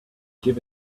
give